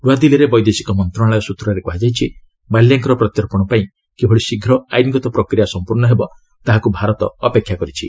ନୂଆଦିଲ୍ଲୀରେ ବୈଦେଶିକ ମନ୍ତ୍ରଣାଳୟ ସୂତ୍ରରେ କୁହାଯାଇଛି ମାଲ୍ୟାଙ୍କର ପ୍ରତ୍ୟାର୍ପଣ ପାଇଁ କିଭଳି ଶୀଘ୍ର ଆଇନ୍ଗତ ପ୍ରକ୍ରିୟା ସମ୍ପୂର୍ଣ୍ଣ ହେବ ତାହାକୁ ଭାରତ ଅପେକ୍ଷା କରିଛି